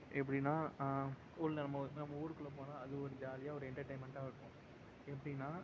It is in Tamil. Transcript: எப்படின்னா ஊரில் நம்ம ஒரு நம்ம ஊருக்குள்ளேப் போனால் அது ஒரு ஜாலியாக ஒரு என்டர்டைன்மெண்ட்டாகவும் இருக்கும் எப்படின்னா